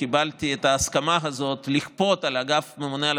קיבלתי את ההסכמה הזאת לכפות על אגף הממונה על